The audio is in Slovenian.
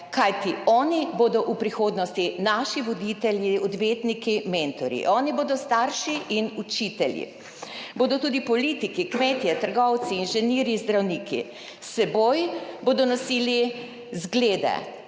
kajti oni bodo v prihodnosti naši voditelji, odvetniki, mentorji, oni bodo starši in učitelji. Bodo tudi politiki, kmetje, trgovci, inženirji, zdravniki. S seboj bodo nosili zglede,